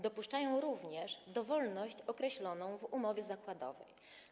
Dopuszczają również dowolność określoną w umowie zakładowej.